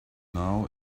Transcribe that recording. now